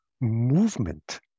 movement